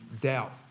doubt